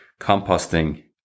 composting